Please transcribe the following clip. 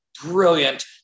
brilliant